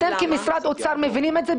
אתם במשרד האוצר מבינים את זה?